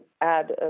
add